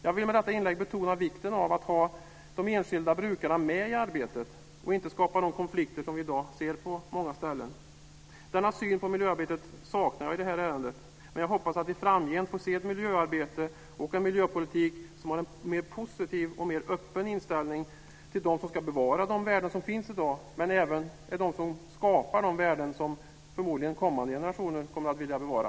Jag vill med detta inlägg betona vikten av att ha de enskilda brukarna med i arbetet och inte skapa de konflikter som vi ser i dag på många ställen. Denna syn på miljöarbetet saknar jag i det här ärendet, men jag hoppas att vi framgent får se ett miljöarbete och en miljöpolitik som har en mer positiv och öppen inställning till dem som ska bevara de värden som finns i dag, men även är de som skapar de värden som kommande generationer förmodligen kommer att vilja bevara.